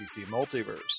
multiverse